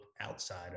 outside